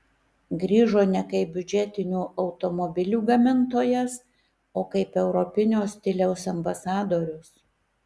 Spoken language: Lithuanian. grįžo ne kaip biudžetinių automobilių gamintojas o kaip europinio stiliaus ambasadorius